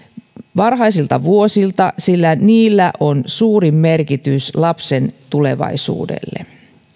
varhaisilta vuosilta sillä niillä on suurin merkitys lapsen tulevaisuudelle